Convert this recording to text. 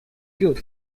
good